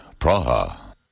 Praha